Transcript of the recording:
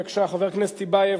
חבר הכנסת טיבייב,